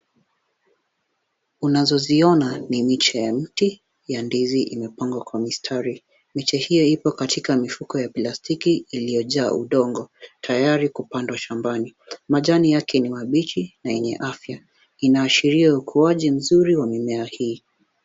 Unazoziona ni miche ya miti ya ndizi imepangwa kwa mistari. Miche hiyo ipo katika mifuko ya plastiki iliyojaa udongo tayari kupandwa shambani. Majani yake ni mabichi na yenye afya inaashiria kukuaji mzuri wa mimea hii.